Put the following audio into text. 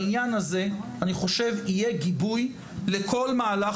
בעניין הזה אני חושב שיהיה גיבוי לכל מהלך